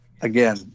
again